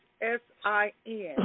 S-I-N